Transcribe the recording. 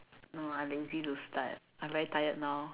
no I lazy to start I'm very tired now